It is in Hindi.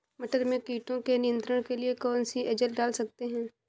मटर में कीटों के नियंत्रण के लिए कौन सी एजल डाल सकते हैं?